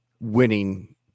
Winning